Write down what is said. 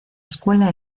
escuela